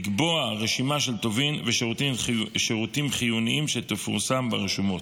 לקבוע רשימה של טובין ושירותים חיוניים שתפורסם ברשומות.